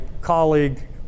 colleague